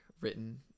written